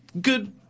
good